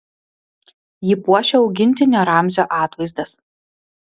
jį puošia augintinio ramzio atvaizdas